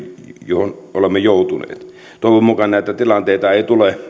johon olemme joutuneet toivon mukaan näitä tilanteita ei tule